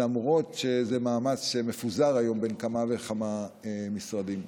למרות שזה מאמץ שמפוזר היום בין כמה וכמה משרדים.